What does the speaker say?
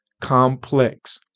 complex